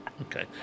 Okay